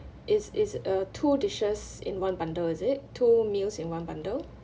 it is a two dishes in one bundle is it two meals in one bundle